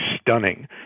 stunning